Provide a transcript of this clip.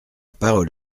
parole